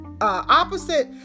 opposite